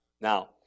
Now